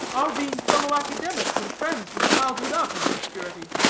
our being fellow-academics, and friends from childhood up, is security.